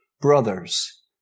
brothers